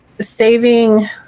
saving